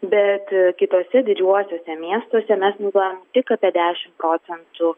bet kituose didžiuosiuose miestuose mes naudojam tik apie dešim procentų